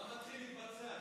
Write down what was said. מה מתחיל להתבצע?